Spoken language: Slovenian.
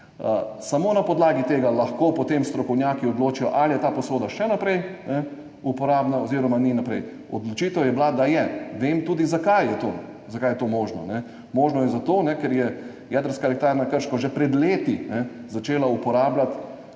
Samo na podlagi tega lahko potem strokovnjaki odločijo, ali je ta posoda še naprej uporabna oziroma ni. Odločitev je bila, da je. Vem tudi, zakaj je to možno. Možno je zato, ker je jedrska elektrarna Krško že pred leti začela uporabljati